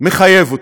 מחייב אותו.